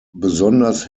besonders